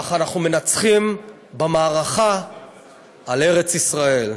אך אנחנו מנצחים במערכה על ארץ-ישראל.